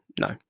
No